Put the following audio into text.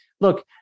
Look